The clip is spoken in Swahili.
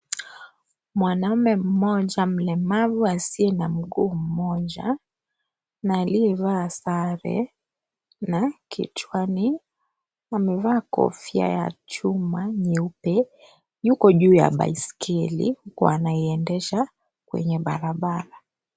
Mwanamume mmoja amlemavu asiye na mguu mmoja na aliyevaa sare na kichwani amevaa kofia ya chuma nyeupe yuko ju ya baiskeli huku anaiendesha kwenye barabara.